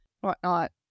whatnot